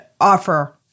offer